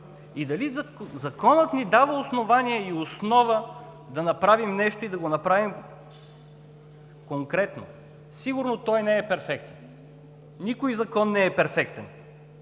в залата. Законът ни дава основание и основа да направим нещо и да го направим конкретно. Сигурно той не е перфектен. Никой закон не е перфектен.